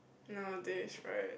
nowadays right